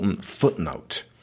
footnote